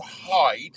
hide